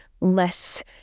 less